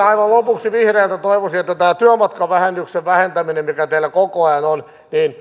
aivan lopuksi vihreiltä toivoisin vastausta tästä työmatkavähennyksen vähentämisestä mikä teillä koko ajan on